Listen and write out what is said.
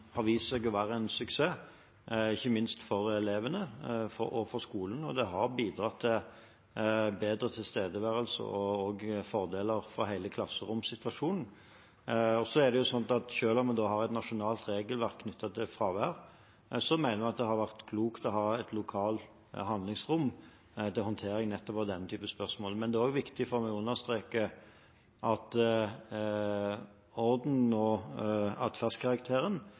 har vist seg å være en suksess, ikke minst for elevene og for skolene. Det har bidratt til større tilstedeværelse og fordeler for hele klasseromssituasjonen. Selv om vi har et nasjonalt regelverk knyttet til fravær, mener vi at det har vært klokt å ha et lokalt handlingsrom til å håndtere nettopp denne typen spørsmål. Men det er også viktig for meg å understreke at ordens- og atferdskarakteren